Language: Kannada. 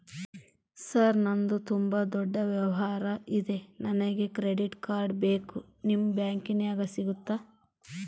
ಸರ್ ನಂದು ತುಂಬಾ ದೊಡ್ಡ ವ್ಯವಹಾರ ಇದೆ ನನಗೆ ಕ್ರೆಡಿಟ್ ಕಾರ್ಡ್ ಬೇಕು ನಿಮ್ಮ ಬ್ಯಾಂಕಿನ್ಯಾಗ ಸಿಗುತ್ತಾ?